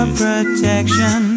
protection